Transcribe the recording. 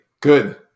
Good